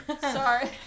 Sorry